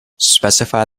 specify